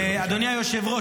אדוני היושב-ראש,